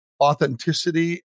authenticity